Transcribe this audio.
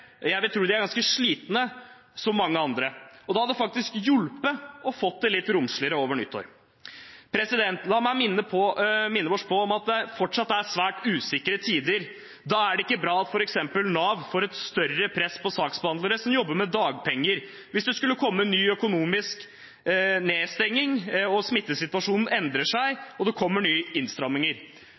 er ganske slitne, som mange andre. Og det hadde faktisk hjulpet å få det litt romsligere over nyttår. La meg minne oss om at det fortsatt er svært usikre tider. Hvis smittesituasjonen endrer seg og det kommer ny økonomisk nedstengning og nye innstramminger, er det ikke bra at f.eks. Nav får et større press på saksbehandlere som jobber med dagpenger. Jeg mener at arbeidsfolkene på sykehusene, på Nav-kontorene og i fengslene hadde fortjent mer og